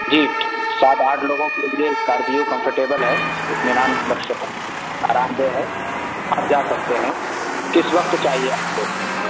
جی سات آٹھ لوگوں کے لیے اسکارپیو کمفٹیبل ہے اطمینان بخش ہے آرام دہ ہے آپ جا سکتے ہیں کس وقت چاہیے آپ کو